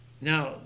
now